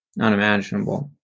unimaginable